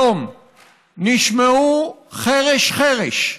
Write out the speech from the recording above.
היום, נשמעו, חרש-חרש,